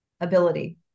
ability